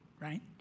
right